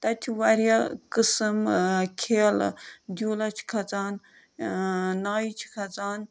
تَتہِ چھِ واریاہ قٕسٕم کھیلہٕ جوٗلَس چھِ کھَسان نایہِ چھِ کھَسان